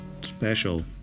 special